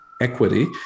equity